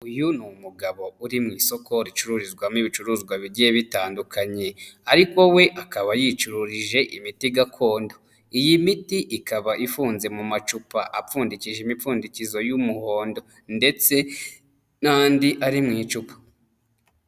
Uyu ni umugabo uri mu isoko ricururizwamo ibicuruzwa bigiye bitandukanye ariko we akaba yicururije imiti gakondo, iyi miti ikaba ifunze mu macupa apfundiki imipfundikizo y'umuhondo ndetse n'andi ari mu icupa.